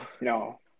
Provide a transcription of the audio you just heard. No